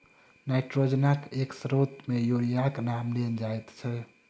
नाइट्रोजनक एक स्रोत मे यूरियाक नाम लेल जाइत छै